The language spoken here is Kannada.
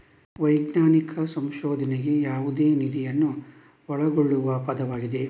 ವೈಜ್ಞಾನಿಕ ಸಂಶೋಧನೆಗೆ ಯಾವುದೇ ನಿಧಿಯನ್ನು ಒಳಗೊಳ್ಳುವ ಪದವಾಗಿದೆ